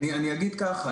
אגיד כך.